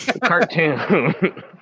Cartoon